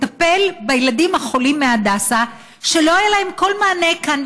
לטפל בילדים החולים מהדסה שלא היה להם כל מענה כאן,